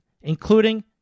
including